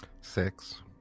Six